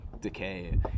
decay